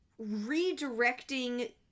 redirecting